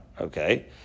okay